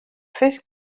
fisk